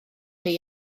chi